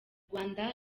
rwanda